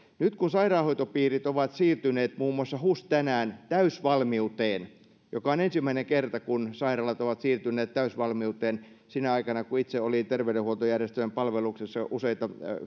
nyt sairaanhoitopiirit ovat siirtyneet muun muassa hus tänään täysvalmiuteen joka on ensimmäinen kerta kun sairaalat ovat siirtyneet täysvalmiuteen sinä aikana kun itse olin terveydenhuoltojärjestelmän palveluksessa useita